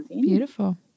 beautiful